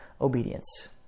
obedience